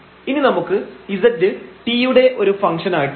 ഇനി നമുക്ക് z t യുടെ ഒരു ഫംഗ്ഷൻആയിട്ടുണ്ട്